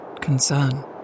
concern